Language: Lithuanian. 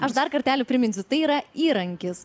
aš dar kartelį priminsiu tai yra įrankis